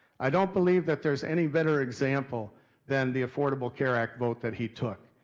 i don't believe that there's any better example than the affordable care act vote that he took.